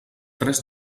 tres